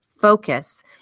focus